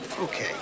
Okay